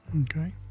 okay